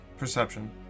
Perception